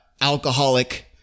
Alcoholic